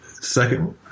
second